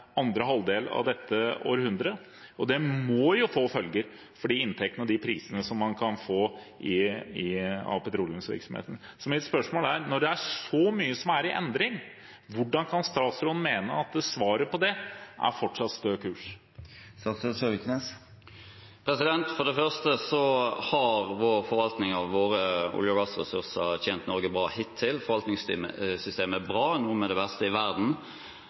andre halvdel av dette århundret. Det må få følger for de inntektene og de prisene som man kan få av petroleumsvirksomheten. Mitt spørsmål er: Når det er så mye som er i endring, hvordan kan statsråden mene at svaret på det er fortsatt stø kurs? Vår forvaltning av våre olje- og gassressurser har tjent Norge bra hittil. Forvaltningssystemet er bra, et av det beste i verden.